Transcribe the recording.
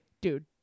dude